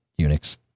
Unix